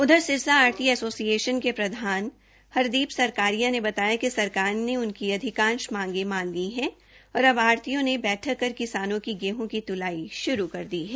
उधर सिरसा आढती ऐसोसिएषन के प्रधान हरदीप सरकारिया ने बताया कि सरकार ने उनकी अधिकांष मांगें मान ली हैं और अब आढतियों ने बैठक कर किसान की गेहूं की तुलाई शुरू कर दी है